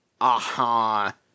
aha